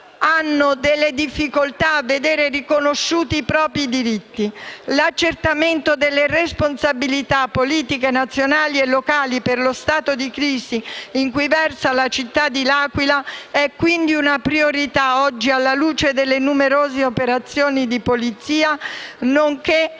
hanno difficoltà a vedere riconosciuti i loro diritti. L'accertamento delle responsabilità politiche nazionali e locali per lo stato di crisi in cui versa la città dell'Aquila è quindi una priorità oggi, alla luce delle numerose operazioni di polizia nonché